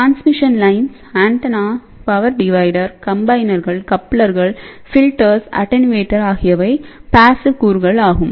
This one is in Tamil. டிரான்ஸ்மிஷன் லைன் ஆண்டெனாக்கள் பவர் டிவைடர் கம்பைனர்கள் கப்ளர்கள் ஃபில்டர்ஸ் அட்டென்யூவேட்டர் ஆகியவை பேசிவ் கூறுகள் ஆகும்